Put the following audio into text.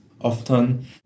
often